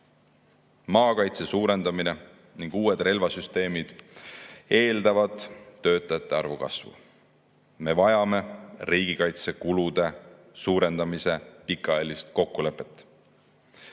Maakaitse suurendamine ning uued relvasüsteemid eeldavad töötajate arvu kasvu. Me vajame riigikaitsekulude suurendamise pikaajalist kokkulepet